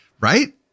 right